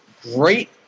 great